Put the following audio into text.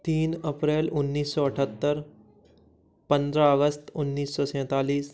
तीन अप्रैल उन्नीस सौ अठहत्तर पंद्रह अगस्त उन्नीस सौ सैंतालिस